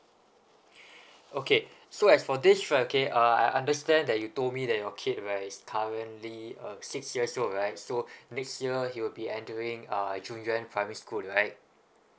okay so as for this right okay uh I understand that you told me that your kid right is currently uh six years old right so next year he will be entering uh junyuan primary school right